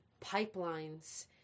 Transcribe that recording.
pipelines